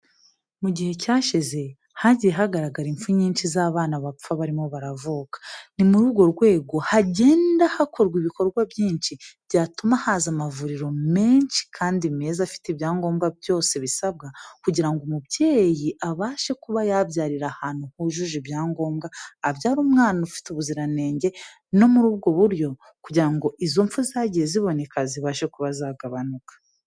Mu gihe cyashize hagiye hagaragara impfu nyinshi z'abana bapfa barimo baravuka. Ni muri urwo rwego hagenda hakorwa ibikorwa byinshi byatuma haza amavuriro menshi kandi meza afite ibyangombwa byose bisabwa, kugira ngo umubyeyi abashe kuba yabyarira ahantu hujuje ibyangombwa, abyara umwana ufite ubuziranenge no muri ubwo buryo, kugira ngo izo mpfu zagiye ziboneka zibashe kuba zagabanuka.